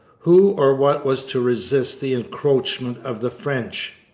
who or what was to resist the encroachments of the french?